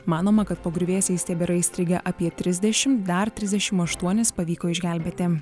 manoma kad po griuvėsiais tebėra įstrigę apie trisdešimt dar trisdešimt aštuonis pavyko išgelbėti